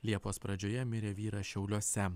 liepos pradžioje mirė vyras šiauliuose